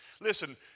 Listen